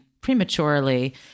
prematurely